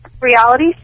reality